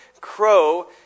crow